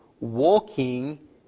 walking